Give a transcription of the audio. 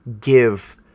give